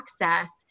access